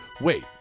wait